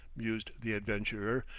mused the adventurer,